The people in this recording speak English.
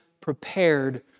prepared